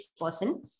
person